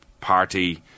Party